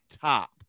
top